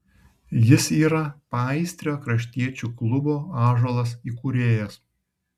jis yra paįstrio kraštiečių klubo ąžuolas įkūrėjas